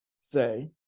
say